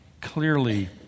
clearly